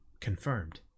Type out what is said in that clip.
confirmed